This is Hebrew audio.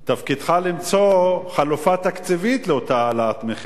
תפקידך למצוא חלופה תקציבית לאותה העלאת מחירים,